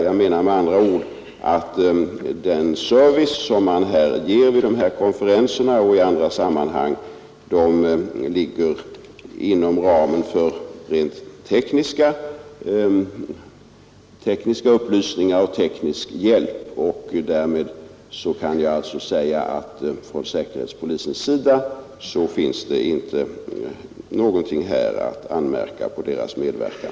Jag menar med andra ord att den service som säkerhetspolisen ger vid dessa konferenser och i andra sammanhang ligger inom ramen för rent tekniska upplysningar och teknisk hjälp. Därmed kan jag alltså säga att det inte finns någonting att anmärka på beträffande säkerhetspolisens medverkan.